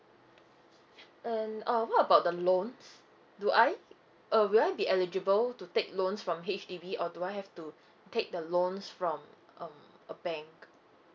and uh what about the loans do I uh will I be eligible to take loans from H_D_B or do I have to take the loans from um a bank